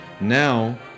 now